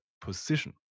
position